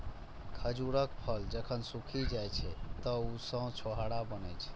खजूरक फल जखन सूखि जाइ छै, तं ओइ सं छोहाड़ा बनै छै